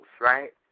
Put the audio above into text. right